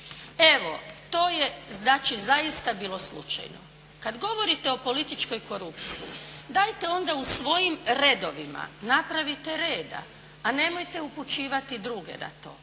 Evo, to je znači zaista bilo slučajno. Kad govorite o političkoj korupciji, dajte onda u svojim redovima napravite reda, a nemojte upućivati druge na to.